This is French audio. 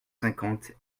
cinquante